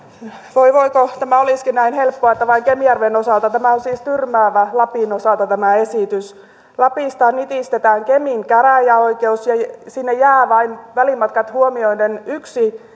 voi voi kun tämä olisikin näin helppoa että vain kemijärven osalta tämä esitys on siis tyrmäävä lapin osalta lapista nitistetään kemin käräjäoikeus ja sinne jää vain välimatkat huomioiden yksi